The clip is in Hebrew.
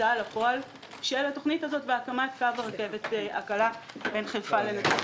הוצאה לפועל של התוכנית הזאת והקמת קו הרכבת הקלה בין חיפה ונצרת.